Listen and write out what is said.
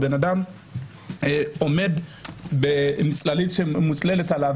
האדם עומד עם צללית עליו,